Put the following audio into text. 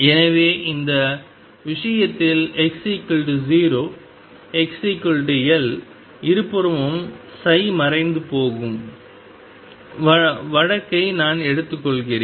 எனவே இந்த விஷயத்தில் x0 xL இருபுறமும் சை மறைந்துபோகும் வழக்கை நான் எடுத்துக்கொள்கிறேன்